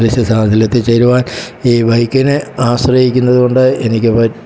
ലക്ഷ്യ സ്ഥാനത്തിൽ എത്തിച്ചേരുവാൻ ഈ ബൈക്കിനെ ആശ്രയിക്കുന്നത് കൊണ്ട് എനിക്ക്